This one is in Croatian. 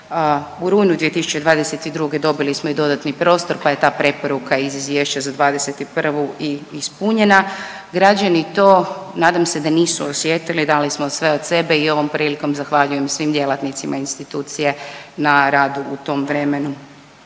U rujnu 2022. dobili smo i dodatni prostor pa je ta preporuka iz Izvješća za '21. i ispunjena. Građani to nadam se da nisu osjetili, dali smo sve od sebe i ovom prilikom zahvaljujem svim djelatnicima institucije na radu u tom vremenu.